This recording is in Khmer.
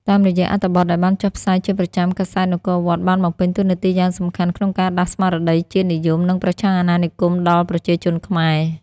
តាមរយៈអត្ថបទដែលបានចុះផ្សាយជាប្រចាំ កាសែត នគរវត្ត បានបំពេញតួនាទីយ៉ាងសំខាន់ក្នុងការដាស់ស្មារតីជាតិនិយម និងប្រឆាំងអាណានិគមដល់ប្រជាជនខ្មែរ។